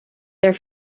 their